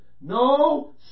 No